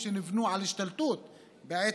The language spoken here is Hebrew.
אדוני, שתי דקות לרשותך, בבקשה.